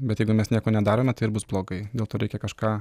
bet jeigu mes nieko nedarome tai ir bus blogai dėl to reikia kažką